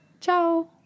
Ciao